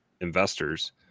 investors